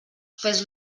fes